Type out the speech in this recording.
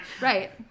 Right